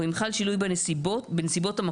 או אם חל שינוי בנסיבות המקום,